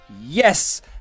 Yes